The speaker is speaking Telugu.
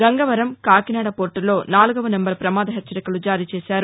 గంగవరం కాకినాడ పోర్టల్లో నాలుగో నంబర్ పమాద హెచ్చరికలు జారీ చేశారు